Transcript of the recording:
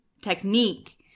technique